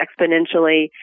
exponentially